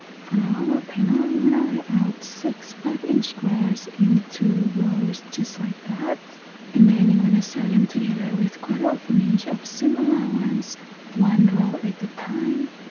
for the lower panel you want to lay out six five inch squares in two rows just like that and then you wanna sew them together with quarter of an inch of seam allowance one row at a time